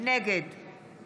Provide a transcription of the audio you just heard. נגד